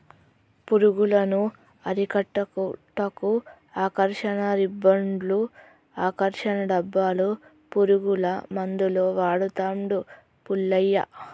పురుగులను అరికట్టుటకు ఆకర్షణ రిబ్బన్డ్స్ను, ఆకర్షణ డబ్బాలు, పురుగుల మందులు వాడుతాండు పుల్లయ్య